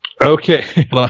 Okay